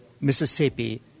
Mississippi